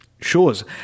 shows